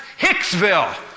Hicksville